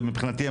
ומבחינתי,